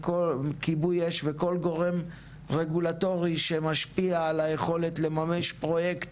כיבוי אש וכל גורם רגולטורי שמשפיע על היכולת לממש פרויקט.